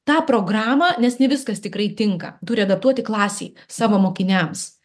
tą programą nes ne viskas tikrai tinka turi adaptuoti klasei savo mokiniams